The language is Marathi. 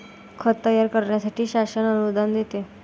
खत तयार करण्यासाठी शासन अनुदान देते